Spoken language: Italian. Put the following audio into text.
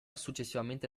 successivamente